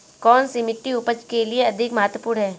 कौन सी मिट्टी उपज के लिए अधिक महत्वपूर्ण है?